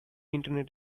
internet